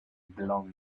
belongings